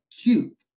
cute